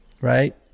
right